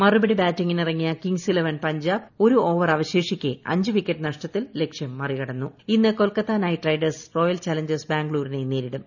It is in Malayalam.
മുറുപടി ബാറ്റിംഗിനിറങ്ങിയ കിങ്സ് ഇലവൻ പഞ്ചാബ് ഒരു ഓവർ ആപ്പ്ശേഷിക്കെ അഞ്ച് വിക്കറ്റ് നഷ്ടത്തിൽ ലക്ഷ്യം മറികടന്നും ഇ്ന്ന് Kolkata knight riders royal challengers ബ്ർംഗ്ലൂരിനെ നേരിടും